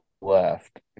left